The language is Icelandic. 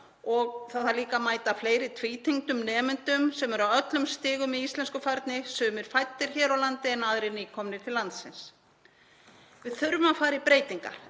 Og þá þarf líka að mæta fleiri tvítyngdum nemendum sem eru á öllum stigum í íslenskufærni, sumir fæddir hér á landi en aðrir nýkomnir til landsins. Við þurfum að fara í breytingar